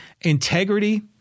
integrity